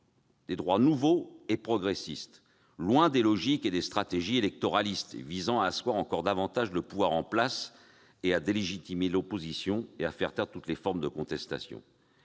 de droits nouveaux et progressistes, loin des logiques et des stratégies électoralistes visant à asseoir encore davantage le pouvoir en place, à délégitimer l'opposition et à faire taire toutes les formes de contestation.